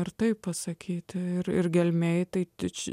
ar taip pasakyti ir gelmėje tai tik